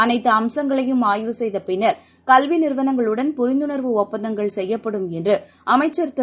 அனைத்துஅம்சங்களையும் ஆய்வு செய்தபின்னர் கல்விநிறுவனங்களுடன் புரிந்துணர்வு ஒப்பந்தகள் செய்யப்படும் என்றுஅமைச்சர் திரு